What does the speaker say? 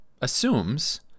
assumes